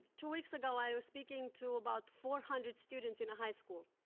two weeks ago, i was speaking to about four hundred students in a high school.